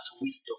wisdom